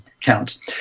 counts